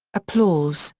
applause,